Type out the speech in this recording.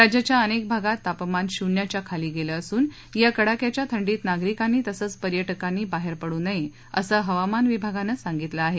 राज्याच्या अनेक भागात तापमान शुन्याच्या खाली गेलेलं असून या कडाक्याच्या थंडीत नागरिकांनी तसंच पर्या क्रांनी बाहेर पडू नये असं हवामान विभागानं सांगितलं आहे